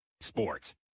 Sports